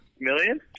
million